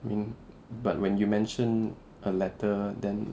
I mean but when you mention a letter then